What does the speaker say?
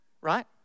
right